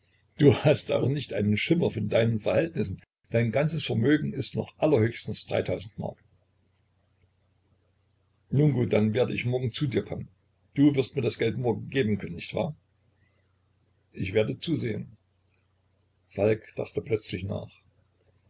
du hast auch nicht einen schimmer von deinen verhältnissen dein ganzes vermögen ist noch allerhöchstens dreitausend mark nun gut dann werd ich morgen zu dir kommen du wirst mir das geld morgen geben können nicht wahr ich werde zusehen falk dachte plötzlich nach